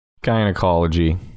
gynecology